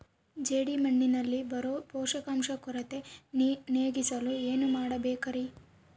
ಜೇಡಿಮಣ್ಣಿನಲ್ಲಿ ಬರೋ ಪೋಷಕಾಂಶ ಕೊರತೆ ನೇಗಿಸಲು ಏನು ಮಾಡಬೇಕರಿ?